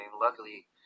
luckily